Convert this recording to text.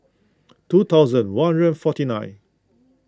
two thousand one hundred forty nine